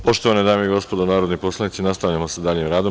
Poštovane dame i gospodo narodni poslanici, nastavljamo sa daljim radom.